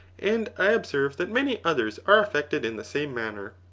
and i observe that many others are affected in the same manner.